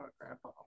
Grandpa